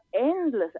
endless